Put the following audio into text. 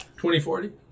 2040